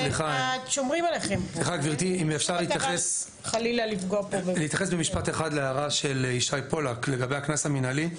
אם אפשר להתייחס במשפט אחד להערה של ישי פולק לגבי הקנס המינהלי: